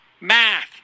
math